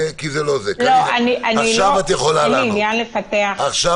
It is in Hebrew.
אין לי עניין לפתח שעה